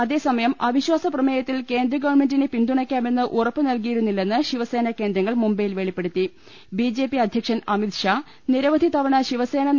അതേസമയം അവി ശ്വാസപ്രമേയത്തിൽ കേന്ദ്രഗവൺമെന്റിനെ പിന്തുണയ്ക്കാമെന്ന് ഉറപ്പു നൽകിയിരുന്നില്ലെന്ന് ശിവസേനകേന്ദ്രങ്ങൾ മുംബൈയിൽ വെളിപ്പെടു ബിജെപി അധ്യക്ഷൻ അമിത്ഷാ നിരവധി തവണ ശിവസേന ത്തി